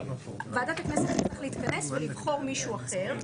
ועדת הכנסת תצטרך להתכנס ולבחור מישהו אחר,